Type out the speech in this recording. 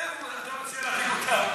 לאיפה אתה מציע להעתיק אותם?